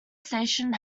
station